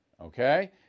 Okay